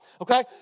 okay